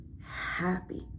happy